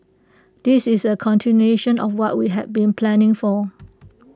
this is A continuation of what we had been planning for